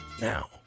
Now